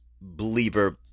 believer